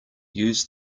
use